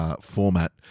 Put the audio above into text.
format